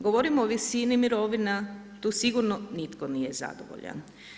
Govorimo o visini mirovina, tu sigurno nitko nije zadovoljan.